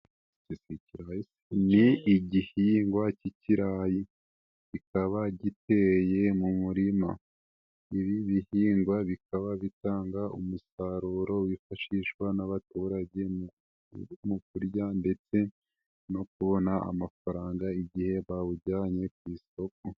Ni igihingwa K'ikirayi kikaba giteye mu murima. Ibi bihingwa bikaba bitanga umusaruro wifashishwa n'abaturage mu kurya ndetse no kubona amafaranga, igihe bawujyanye ku isoko.